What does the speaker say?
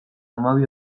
hamabi